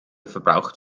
verbraucht